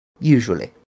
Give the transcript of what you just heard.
usually